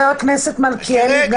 חבר הכנסת מלכיאלי,